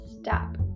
Stop